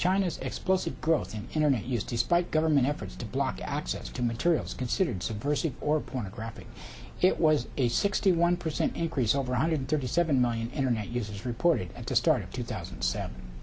china's explosive growth in internet use despite government efforts to block access to materials considered subversive or pornographic it was a sixty one percent increase over one hundred thirty seven million internet users reported at the start of two thousand and seven